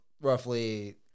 roughly